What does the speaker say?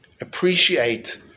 Appreciate